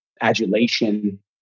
adulation